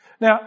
Now